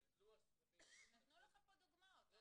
גדלו הסכומים -- נתנו לך פה דוגמאות.